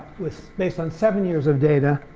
was based on seven years of data,